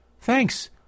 thanks